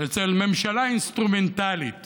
אצל ממשלה אינסטרומנטלית